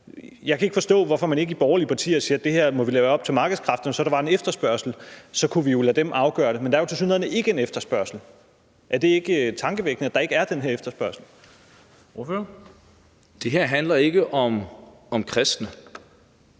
Jeg kan ikke forstå, hvorfor man i borgerlige partier ikke siger, at man må lade det her være op til markedskræfterne, så der var en efterspørgsel, og så kunne man jo lade dem afgøre det. Men der er jo tilsyneladende ikke en efterspørgsel. Er det ikke tankevækkende, at der ikke er den her efterspørgsel? Kl. 11:00 Formanden